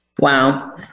Wow